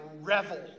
revel